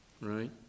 Right